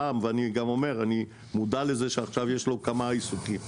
הפעם, אני מודע לזה שעכשיו יש לו כמה עיסוקים.